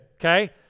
okay